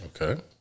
Okay